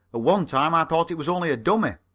one time i thought it was only a dummy.